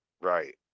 Right